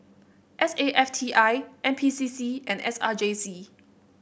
S A F T I N P C C and S R J C